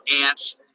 ants